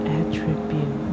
attribute